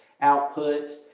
output